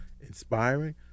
inspiring